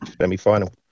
semi-final